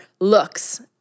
looks